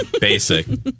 Basic